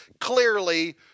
clearly